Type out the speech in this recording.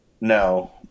No